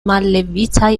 mallevitaj